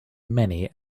many